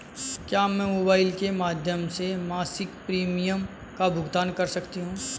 क्या मैं मोबाइल के माध्यम से मासिक प्रिमियम का भुगतान कर सकती हूँ?